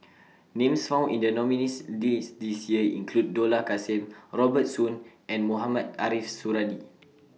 Names found in The nominees' list This Year include Dollah Kassim Robert Soon and Mohamed Ariff Suradi